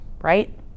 right